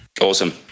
Awesome